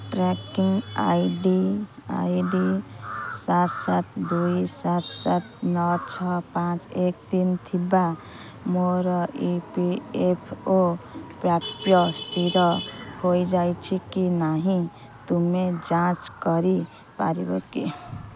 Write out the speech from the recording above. tracking I D I D ସାତ ସାତ ଦୁଇ ସାତ ସାତ ନଅ ଛଅ ପାଞ୍ଚ ଏକ ତିନ ଥିବା ମୋର ଇ ପି ଏଫ୍ ଓ ପ୍ରାପ୍ୟ ସ୍ଥିର ହୋଇଯାଇଛି କି ନାହିଁ ତୁମେ ଯାଞ୍ଚ କରିପାରିବ କି